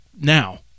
now